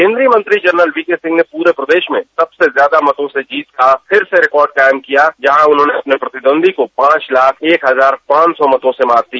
केन्द्री य मंत्री जनरल वीके सिंह ने पूरे प्रदेश में सबसे ज्यादा मतों से जीत का फिर से रिकॉर्ड कायम किया जहां उन्होंने अपने प्रतिद्वंद्वी को पांच लाख एक हजार पांच सौ मतों से मात दी